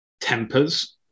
tempers